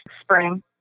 spring